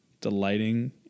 delighting